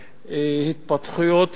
הנושא עדיין בבדיקה פנים-אוצרית,